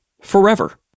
forever